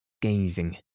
gazing